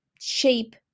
shape